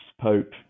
Pope